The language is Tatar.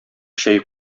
чәй